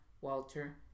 Walter